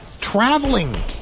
traveling